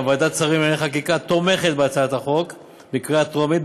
גם ועדת שרים לענייני חקיקה תומכת בהצעת החוק בקריאה טרומית,